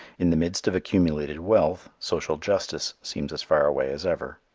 in the midst of accumulated wealth social justice seems as far away as ever.